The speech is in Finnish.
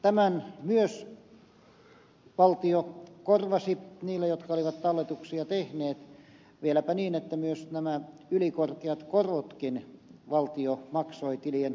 tämän myös valtio korvasi niille jotka olivat talletuksia tehneet vieläpä niin että myös nämä ylikorkeat korotkin valtio maksoi tilien omistajille